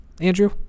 Andrew